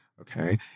okay